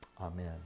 Amen